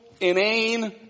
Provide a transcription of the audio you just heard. inane